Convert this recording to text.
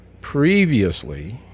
Previously